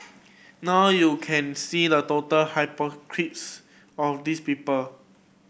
now you can see the total of these people